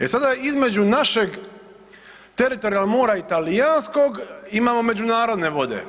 E sada između našeg teritorijalnog mora i talijanskog imamo međunarodne vode.